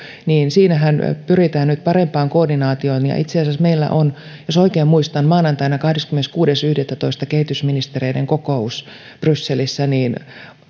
siinähän pyritään nyt parempaan koordinaatioon ja itse asiassa meillä on jos oikein muistan maanantaina kahdeskymmeneskuudes yhdettätoista kehitysministereiden kokous brysselissä ja kun